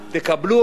תקלטו אותם,